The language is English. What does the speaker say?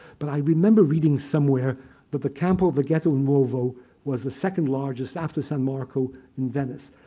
but i remember reading somewhere that the campo of the ghetto nuevo was the second largest, after san marco, in venice.